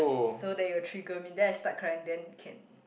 so that it'll trigger me then I start crying then can